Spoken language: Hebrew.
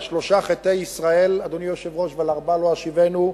על שלושה חטאי ישראל ועל ארבעה לא אשיבנו,